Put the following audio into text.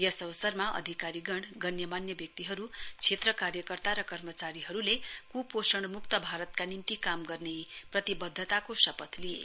यस अवसरमा अधिकारीगण गण्यमान्य व्यक्तिहरू क्षेत्र कार्यकर्ता र कर्माचारीहरूले कुपोषणमुक्त भारतकगा निम्ति काम गर्ने प्रतिबद्धताको शपथ लिए